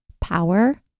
power